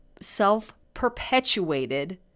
self-perpetuated